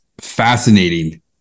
fascinating